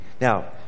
Now